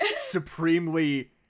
supremely